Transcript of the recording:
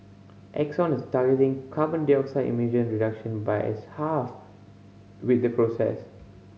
Exxon is targeting carbon dioxide emission reduction by as half with the process